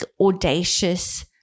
audacious